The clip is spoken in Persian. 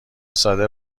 ساده